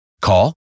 Call